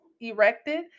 erected